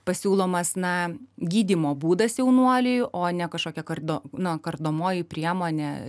pasiūlomas na gydymo būdas jaunuoliui o ne kažkokia kardo nu kardomoji priemonė